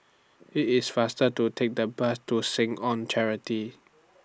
IT IS faster to Take The Bus to Seh Ong Charity